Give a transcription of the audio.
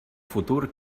futur